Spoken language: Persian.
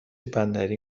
بندری